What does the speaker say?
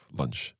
lunch